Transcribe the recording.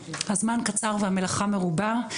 הזמן קצר והמלאכה מרובה,